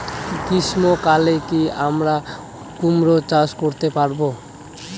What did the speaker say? গ্রীষ্ম কালে কি আমরা কুমরো চাষ করতে পারবো?